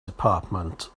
department